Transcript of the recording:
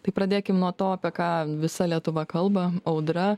tai pradėkim nuo to apie ką visa lietuva kalba audra